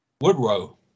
Woodrow